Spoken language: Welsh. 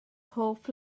hoff